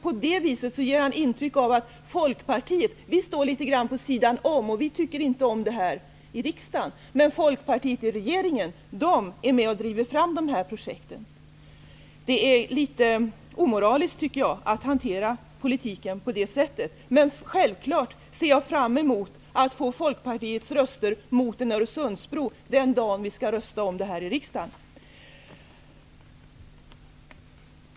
På det här viset ger han ju intryck av att Folkpartiet står litet grand vid sidan om och att folkpartisterna i riskdagen inte tycker om det här. Men folkpartisterna i regeringen är med och driver fram de här projekten. Det är litet omoraliskt att hantera politiken på det sättet. Men jag ser självfallet fram emot att få Folkpartiets röster mot en Öresundsbro den dag som vi skall rösta om det i riksdagen.